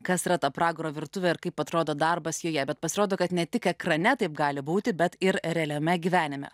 kas yra ta pragaro virtuvė ir kaip atrodo darbas joje bet pasirodo kad ne tik ekrane taip gali būti bet ir realiame gyvenime